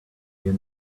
you